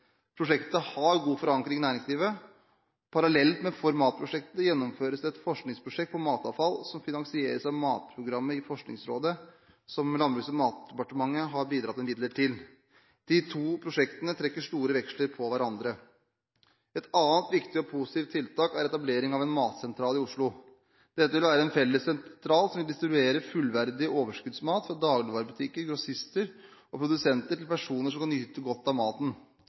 Prosjektet har god forankring i næringslivet. Parallelt med ForMat-prosjektet gjennomføres det et forskningsprosjekt om matavfall, som finansieres av matprogrammet i Forskningsrådet, og som Landbruks- og matdepartementet har bidratt med midler til. De to prosjektene trekker store veksler på hverandre. Et annet viktig og positivt tiltak er etablering av en matsentral i Oslo. Dette vil være en felles sentral, som vil distribuere fullverdig overskuddsmat fra dagligvarebutikker, grossister og produsenter til personer som kan nyte godt av maten.